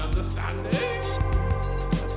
understanding